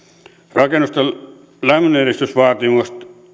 rakennusten lämmöneristysvaatimukset